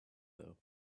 though